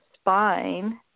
spine